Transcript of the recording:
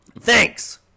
Thanks